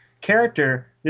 character